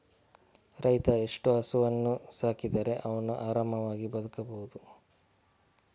ರೈತ ಎಷ್ಟು ಹಸುವನ್ನು ಸಾಕಿದರೆ ಅವನು ಆರಾಮವಾಗಿ ಬದುಕಬಹುದು?